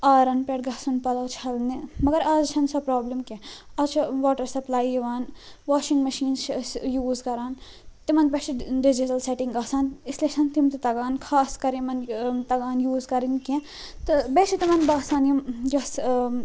آرَن پٮ۪ٹھ گَژھُن پَلوٚو چھَلنہٕ مگر آز چھَنہٕ سۄ پرٛابلم کیٚنٛہہ آز چھِ واٹر سَپلاے یِوان واشِنٛگ مشیٖنٕز چھِ أسۍ ٲں یوٗز کران تِمن پٮ۪ٹھ چھِ ڈِجِٹَل سیٚٹِنٛگ آسان اس لیے چھَنہٕ تِم تہِ تگان خاص کر یمن ٲں تگان یوٗز کَرٕنۍ کیٚنٛہہ تہٕ بیٚیہِ چھُ تِمن باسان یم یۄس ٲں